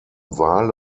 wale